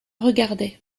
regardait